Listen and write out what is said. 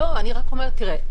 תראה,